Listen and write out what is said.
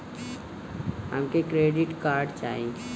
हमके credit card चाही